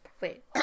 Wait